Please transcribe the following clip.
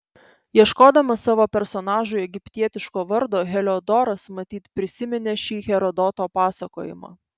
ieškodamas savo personažui egiptietiško vardo heliodoras matyt prisiminė šį herodoto pasakojimą